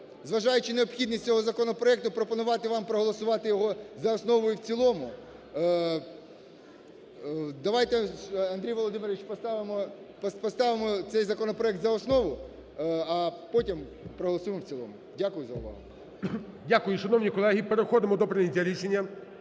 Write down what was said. зважаючи на необхідність цього законопроекту, пропонувати вам проголосувати його за основу і в цілому. Давайте, Андрій Володимирович, поставимо цей законопроект за основу, а потім проголосуємо в цілому. Дякую за увагу. ГОЛОВУЮЧИЙ. Дякую. Шановні колеги, переходимо до прийняття рішення.